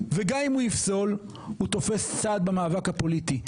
וגם אם הוא יפסול, הוא תופס צד במאבק הפוליטי.